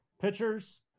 pitchers